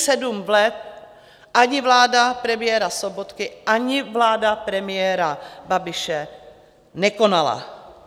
Celých sedm let ani vláda premiéra Sobotky, ani vláda premiéra Babiše nekonaly.